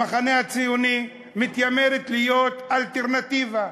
המחנה הציוני, שמתיימרת להיות אלטרנטיבה,